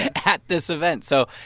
and at this event. so,